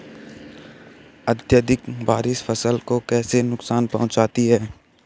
अत्यधिक बारिश फसल को कैसे नुकसान पहुंचाती है?